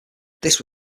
this